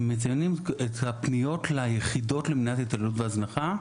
הנתונים מציינים את הפניות ליחידות למניעת התעללות והזנחה.